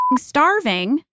starving